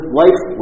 life